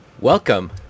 welcome